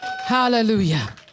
Hallelujah